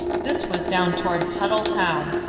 this was down toward tuttletown.